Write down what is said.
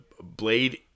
blade